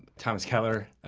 thomas keller,